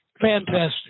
Fantastic